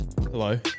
Hello